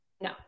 No